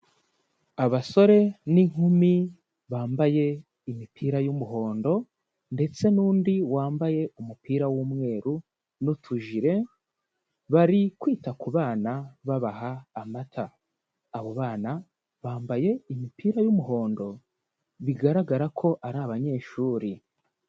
Abasore n'inkumi bambaye imipira y'umuhondo ndetse n'undi wambaye umupira w'umweru n'utujire bari kwita ku bana babaha amata, abo bana bambaye imipira y'umuhondo bigaragara ko ari abanyeshuri.